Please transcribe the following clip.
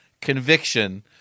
conviction